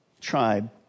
tribe